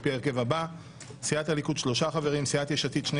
מסוים לפי סעיף 108 לתקנון הכנסת: שם